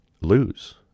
lose